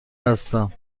هستم